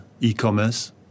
e-commerce